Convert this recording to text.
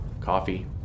Coffee